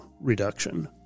reduction